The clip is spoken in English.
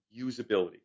usability